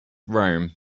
rome